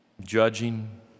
Judging